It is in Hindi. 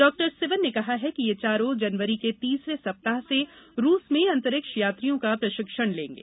डॉक्टर सिवन ने कहा कि ये चारों जनवरी के तीसरे सप्ताह से रूस में अंतरिक्ष यात्रियों का प्रशिक्षण लेंगे